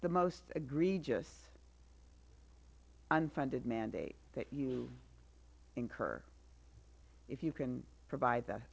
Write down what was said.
the most egregious unfunded mandate that you incur if you can provide that